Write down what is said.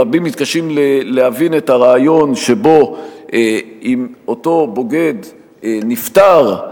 רבים מתקשים להבין את הרעיון שבו אם אותו בוגד נפטר,